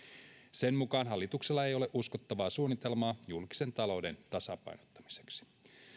sen mukaan hallituksella ei ole uskottavaa suunnitelmaa julkisen talouden tasapainottamiseksi